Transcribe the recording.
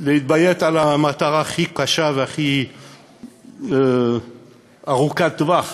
להתביית על המטרה הכי קשה והכי ארוכת טווח.